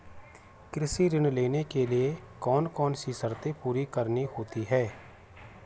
कृषि ऋण लेने के लिए कौन कौन सी शर्तें पूरी करनी होती हैं?